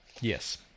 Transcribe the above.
Yes